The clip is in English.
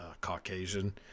Caucasian